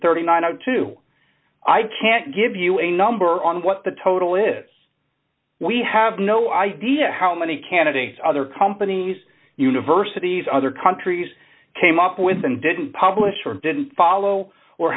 and two i can't give you a number on what the total is we have no idea how many candidates other companies universities other countries came up with and didn't publish or didn't follow or